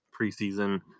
preseason